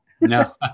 No